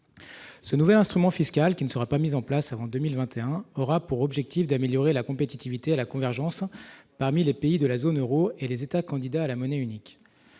Ce nouvel instrument fiscal qui ne sera pas mis en place avant 2021 aura pour objectif d'améliorer la compétitivité à la convergence parmi les pays de la zone Euro et les États candidats à la monnaie unique,